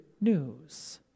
news